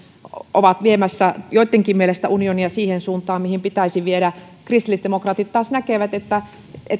ovat viemässä joittenkin mielestä unionia siihen suuntaan mihin pitäisi viedä kristillisdemokraatit taas näkevät että